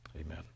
Amen